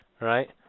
right